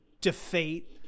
defeat